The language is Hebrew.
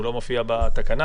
הוא לא מופיע בתקנה